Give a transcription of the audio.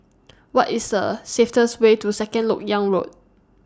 What IS The Way to Second Lok Yang Road